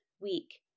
week